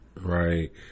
right